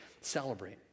celebrate